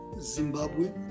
Zimbabwe